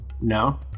no